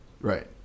Right